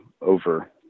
over